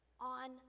on